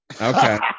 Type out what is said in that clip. okay